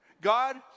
God